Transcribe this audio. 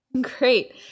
Great